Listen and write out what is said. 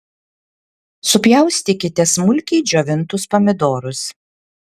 susipjaustykite smulkiai džiovintus pomidorus